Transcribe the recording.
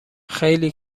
خیلی